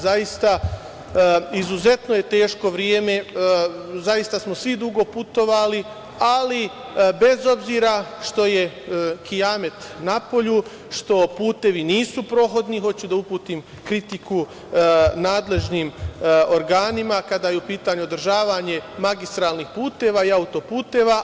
Zaista, izuzetno je teško vreme, svi smo dugo putovali, ali, bez obzira što je kijamet napolju, što putevi nisu prohodni, hoću da uputim kritiku nadležnim organima kada je u pitanju održavanje magistralnih puteva i auto-puteva.